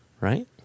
right